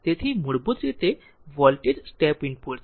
તેથી મૂળભૂત રીતે તે વોલ્ટેજ સ્ટેપ ઇનપુટ છે